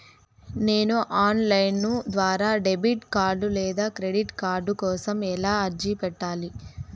నేను online ద్వారా debit card లేదా క్రెడిట్ కార్డు కోసం ఎలా అర్జీ పెట్టాలి?